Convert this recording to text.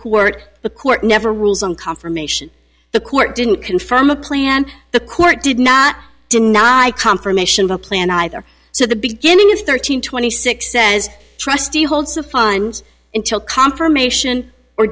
court the court never rules on confirmation the court didn't confirm a plan the court did not deny confirmation of a plan either so the beginning of thirteen twenty six says trustee holds of funds until confirmation or